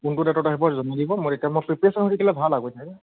কোনটো ডেটত আহিব জনাই দিব মই তেতিয়া মই প্ৰীপিয়াৰেচন হৈ থাকিলে ভাল আগতীয়াকৈ